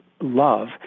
love